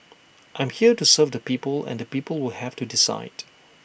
I'm here to serve the people and the people will have to decide